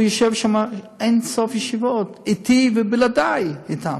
הוא יושב שם אין-סוף ישיבות, אתי ובלעדי, אִתם.